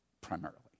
primarily